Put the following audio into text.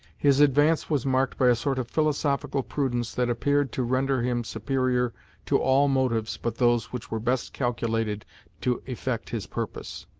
his advance was marked by a sort of philosophical prudence that appeared to render him superior to all motives but those which were best calculated to effect his purpose.